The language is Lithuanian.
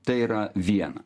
tai yra viena